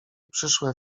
przyszłe